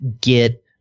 get